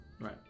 Right